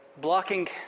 blocking